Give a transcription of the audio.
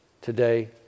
today